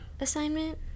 assignment